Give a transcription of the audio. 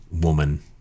woman